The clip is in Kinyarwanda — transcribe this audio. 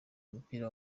umupira